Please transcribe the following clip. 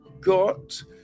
got